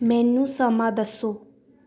ਮੈਨੂੰ ਸਮਾਂ ਦੱਸੋ